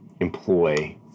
employ